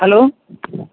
hello